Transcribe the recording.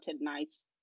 nights